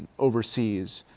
overseas,